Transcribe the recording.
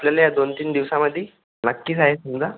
आपल्याला या दोनतीन दिवसामध्ये नक्कीच आहे समजा